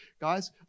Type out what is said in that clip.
guys